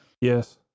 Yes